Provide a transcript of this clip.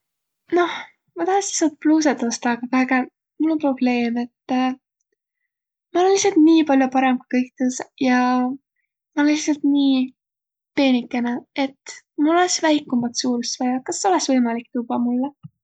Noh, ma tahassiq sjood pluusõt ostaq, a kaegõq, mul om probleem, et ma olõ lihtsalt nii pall'o parõmb ku kõik tõõsõq ja ma olõ lihtsalt nii peenikene, et mul olõs väikumbat suurust vaja. Kas olõs võimalik tuvvaq mullõ?